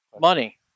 Money